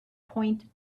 point